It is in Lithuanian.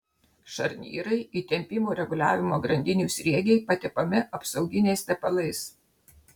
šarnyrai įtempimo reguliavimo grandinių sriegiai patepami apsauginiais tepalais